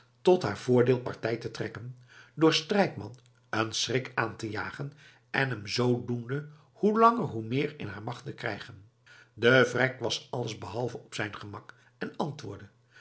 tot haar voordeel partij te trekken door strijkman een schrik aan te jagen en hem zoodoende hoe langer hoe meer in haar macht te krijgen de vrek was allesbehalve op zijn gemak en antwoordde